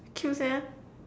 cute sia